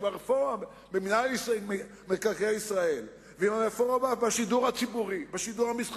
עם הרפורמה במינהל מקרקעי ישראל ועם הרפורמה בשידור המסחרי,